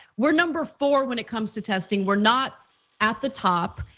we're number four when it comes to testing, we're not at the top.